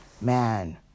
man